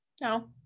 No